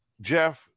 Jeff